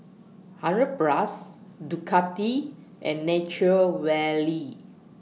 hundred Plus Ducati and Nature Valley